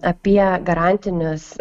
apie garantinius